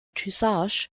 tissage